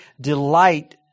delight